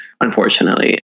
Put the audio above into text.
unfortunately